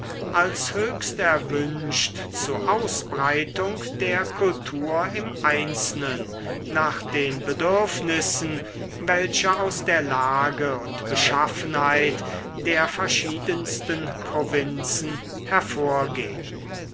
als höchst erwünscht zu ausbreitung der kultur im einzelnen nach den bedürfnissen welche aus der lage und beschaffenheit der verschiedensten provinzen hervorgehn